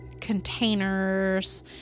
containers